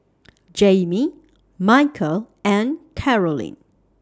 Jaime Michial and Karolyn